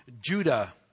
Judah